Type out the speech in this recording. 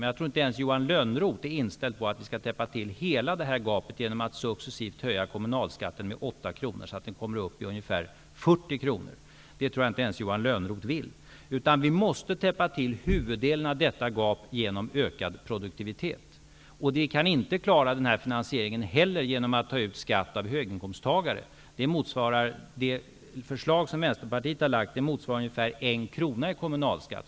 Men jag tror inte att ens Johan Lönnroth är inställd på att vi skall täppa till hela detta gap genom att successivt höja kommunalskatten med 8 kr, så att den kommer upp i ungefär 40 kr. Det tror jag inte ens Johan Lönnroth vill, utan vi måste täppa till huvuddelen av detta gap genom ökad produktivitet. Vi kan inte heller klara denna finansiering genom att ta ut skatt av höginkomsttagare. Det förslag som Vänsterpartiet har väckt motsvarar ungefär 1 kr i kommunalskatt.